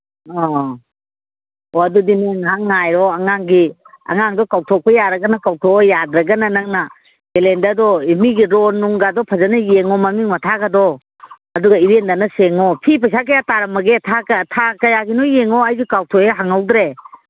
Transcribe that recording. ꯑꯣ ꯑꯣ ꯑꯗꯨꯗꯤꯅꯦ ꯉꯥꯏꯍꯥꯛ ꯉꯥꯏꯔꯣ ꯑꯉꯥꯡꯒꯤ ꯑꯉꯥꯡꯗꯣ ꯀꯧꯊꯣꯛꯄ ꯌꯥꯔꯒꯅ ꯀꯧꯊꯣꯛꯑꯣ ꯌꯥꯗ꯭ꯔꯒꯅ ꯅꯪꯅ ꯀꯦꯂꯦꯟꯗꯔꯗꯣ ꯃꯤꯒꯤ ꯔꯣꯜꯅꯨꯡ ꯀꯥꯗꯣ ꯐꯖꯅ ꯌꯦꯡꯉꯨ ꯃꯃꯤꯡ ꯃꯊꯥꯒꯗꯣ ꯑꯗꯨꯒ ꯏꯔꯦꯟꯖꯅ ꯁꯦꯡꯉꯣ ꯐꯤ ꯄꯩꯁꯥ ꯀꯌꯥ ꯇꯥꯔꯝꯃꯒꯦ ꯊꯥ ꯀꯌꯥꯒꯤꯅꯣ ꯌꯦꯡꯉꯣ ꯑꯩꯁꯨ ꯀꯥꯎꯊꯣꯛꯑꯦ ꯍꯪꯍꯧꯗ꯭ꯔꯦ